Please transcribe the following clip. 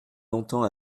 longtemps